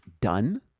done